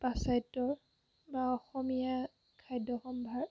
পাশ্চাত্য বা অসমীয়া খাদ্য সম্ভাৰ